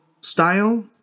style